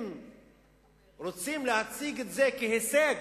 אם רוצים להציג את זה כהישג,